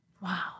Wow